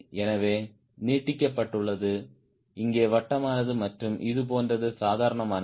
எனவே இது நீட்டிக்கப்பட்டுள்ளது இங்கே வட்டமானது மற்றும் இது போன்றது சாதாரணமானது